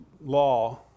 law